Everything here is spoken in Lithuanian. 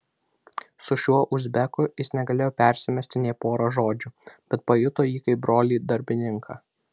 su šiuo uzbeku jis negalėjo persimesti nė pora žodžių bet pajuto jį kaip brolį darbininką